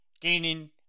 gaining